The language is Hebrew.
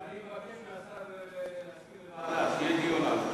אני מבקש מהשר להסכים לוועדה, שיהיה דיון על זה.